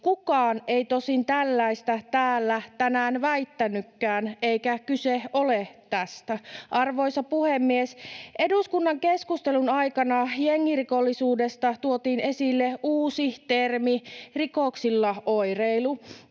Kukaan ei tosin tällaista täällä tänään väittänytkään, eikä kyse ole tästä. Arvoisa puhemies! Eduskunnan keskustelun aikana jengirikollisuudesta tuotiin esille uusi termi ”rikoksilla oireilu”.